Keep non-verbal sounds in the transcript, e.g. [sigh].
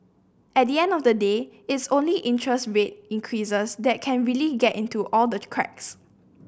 at the end of the day it's only interest rate increases that can really get into all the [unintelligible] cracks